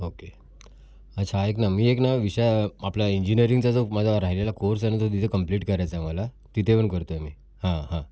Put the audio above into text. okay अच्छा ऐक ना मी एक ना विषा आपला इंजिनिरीगचा जो माझा राहिलेला कोर्स आहे ना तो तिथे कंप्लिट करायचं आहे मला तिथे येऊन करतो आहे मी हा हा